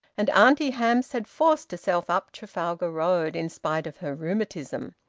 and auntie hamps had forced herself up trafalgar road, in spite of her rheumatism.